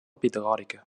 pitagòrica